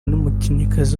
n’umukinnyikazi